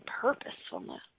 purposefulness